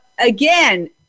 Again